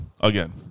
again